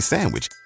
Sandwich